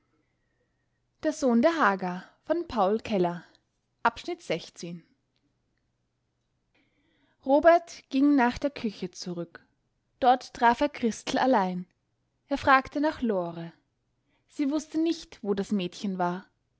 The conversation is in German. robert ging nach der küche zurück dort traf er christel allein er fragte nach lore sie wußte nicht wo das mädchen war